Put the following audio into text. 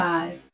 Five